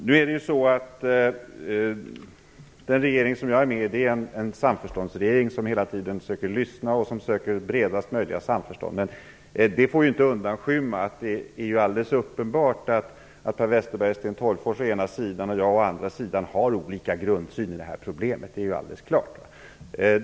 Fru talman! Den regering som jag är med i är en samförståndsregering som hela tiden försöker lyssna och som söker bredast möjliga samförstånd. Men det får inte undanskymma att Per Westerberg och Sten Tolgfors å ena sidan och jag å andra sidan har olika grundsyn på det här problemet. Det är alldeles klart.